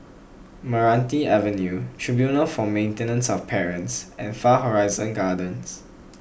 Meranti Avenue Tribunal for Maintenance of Parents and Far Horizon Gardens